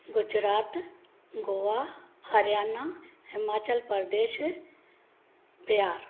Gujarat Goa Haryana Himachal Pradesh Bihar